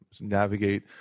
navigate